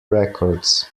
records